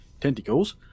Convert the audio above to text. Tentacles